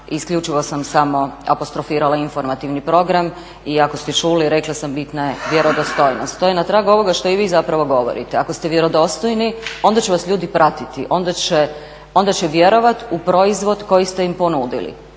Isključivo sam samo apostrofirala informativni program i ako ste čuli rekla sam bitna je vjerodostojnost. To je na tragu ovoga što i vi zapravo govorite. Ako ste vjerodostojni onda će vas ljudi pratiti, onda će vjerovat u proizvod koji ste im ponudili.